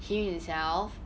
him himself